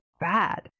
bad